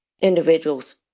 individuals